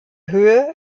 höhe